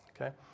okay